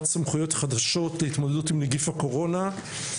סמכויות חדשות להתמודדות עם נגיף הקורונה.